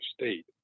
state